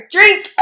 Drink